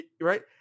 right